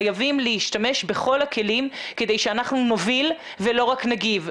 חייבים להשתמש בכל הכלים כדי שאנחנו נוביל ולא רק נגיב,